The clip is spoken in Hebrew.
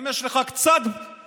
אם יש לך קצת הגינות,